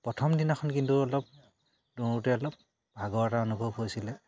প্ৰথম দিনাখন কিন্তু অলপ দৌৰোতে অলপ ভাগৰ এটা অনুভৱ হৈছিলে